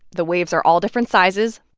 the waves are all different sizes.